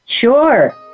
Sure